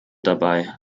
dabei